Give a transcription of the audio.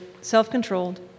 self-controlled